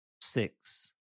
Six